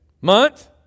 month